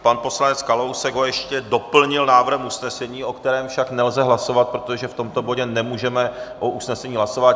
Pan poslanec Kalousek ho ještě doplnil návrhem usnesení, o kterém však nelze hlasovat, protože v tomto bodě nemůžeme o usnesení hlasovat.